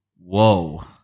Whoa